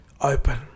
open